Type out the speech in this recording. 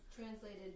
Translated